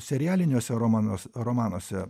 serialiniuose roman romanuose